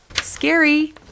scary